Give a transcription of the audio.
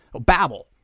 Babble